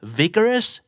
vigorous